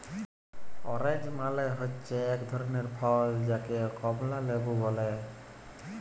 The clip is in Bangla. অরেঞ্জ মালে হচ্যে এক ধরলের ফল যাকে কমলা লেবু ব্যলে